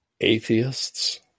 atheists